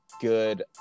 good